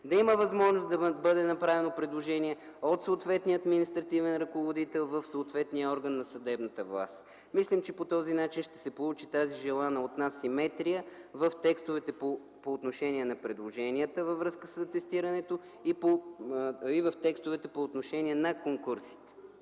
да има възможност да бъде направено предложение от съответния административен ръководител в съответния орган на съдебната власт. Мислим, че по този начин ще се получи тази желана от нас симетрия в текстовете по отношение на предложенията във връзка с атестирането и в текстовете по отношение на конкурсите.